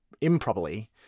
improperly